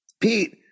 Pete